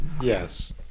Yes